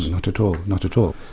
not at all. not at all.